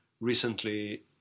recently